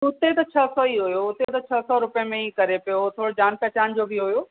हुते त छह सौ ई हुओ हुते त छह सौ रुपए में ई करे पियो हो थोरो जान पहिचान जो बि हुओ